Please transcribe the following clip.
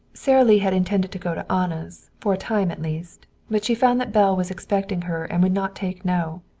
sara lee had intended to go to anna's, for a time at least. but she found that belle was expecting her and would not take no.